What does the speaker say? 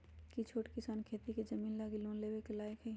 कि छोट किसान खेती के जमीन लागी लोन लेवे के लायक हई?